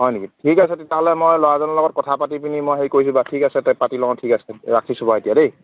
হয় নেকি ঠিক আছে তেতিয়াহ'লে মই ল'ৰাজনৰ লগত কথা পাতি পিনি মই হেৰি কৰিছোঁ বা ঠিক আছে তে পাতি লওঁ ঠিক আছে ৰাখিছোঁ বাৰু এতিয়া দেই